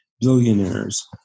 billionaires